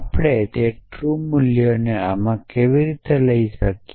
આપણે તે ટ્રૂ મૂલ્યોને આમાં કેવી રીતે દર્શાવી શકીએ